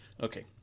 Okay